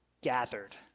gathered